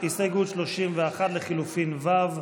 הסתייגות 31 לחלופין ו'